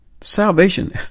salvation